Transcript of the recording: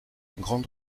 grande